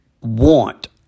want